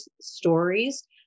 stories